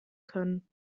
können